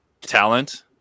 talent